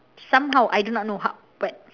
somehow I do not know how but